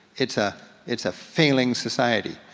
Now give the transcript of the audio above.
it's ah it's a failing society.